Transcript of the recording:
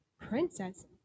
princess